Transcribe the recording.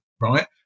right